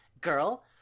girl